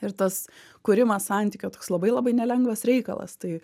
ir tas kūrimas santykio toks labai labai nelengvas reikalas tai